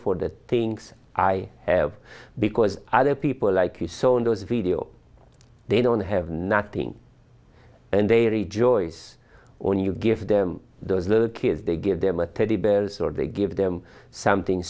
for the things i have because other people like you saw in those video they don't have nothing and they rejoice on you give them those little kids they give them a teddy bears or they give them something